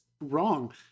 wrong